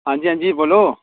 हां जी हां जी बोल्लो